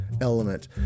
element